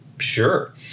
Sure